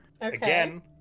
again